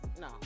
No